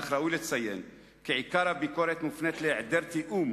אך ראוי לציין כי עיקר הביקורת מופנית להעדר תיאום